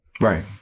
Right